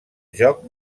joc